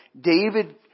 David